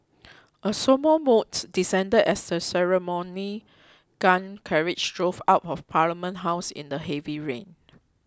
a sombre mood descended as the ceremonial gun carriage drove out of Parliament House in the heavy rain